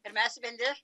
ir mes vieni